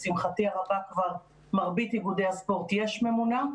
לשמחתי הרבה, כבר במרבית איגוד הספורט יש ממונָּה,